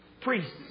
Priests